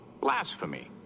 Blasphemy